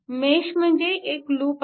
mesh म्हणजे एक loop आहे